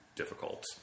difficult